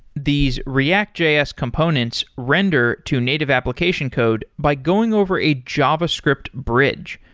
these reactjs components render to native application code by going over a javascript bridge,